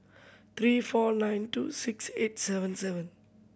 three four nine two six eight seven seven